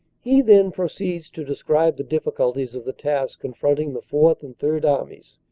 he then proceeds to describe the difficulties of the task confronting the fourth and third armies,